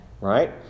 right